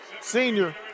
senior